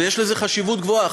ויש לזה חשיבות גבוהה.